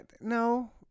no